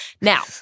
Now